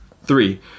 Three